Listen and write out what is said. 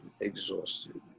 exhausted